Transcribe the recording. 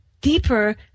deeper